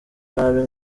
nabi